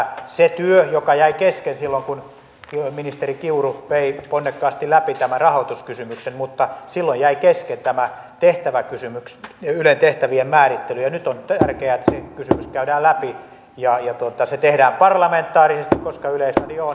nyt on tärkeää että se työ joka jäi kesken silloin kun ministeri kiuru vei ponnekkaasti läpi tämän rahoituskysymyksen mutta silloin jäi keskittävät tehtävät tämä tehtäväkysymys ylen tehtävien määrittely käydään läpi ja että se tehdään parlamentaarisesti koska yleisradio on eduskunnan radio